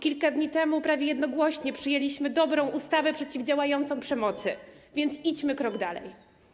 Kilka dni temu prawie jednogłośnie przyjęliśmy dobrą ustawę przeciwdziałającą przemocy, więc idźmy krok dalej.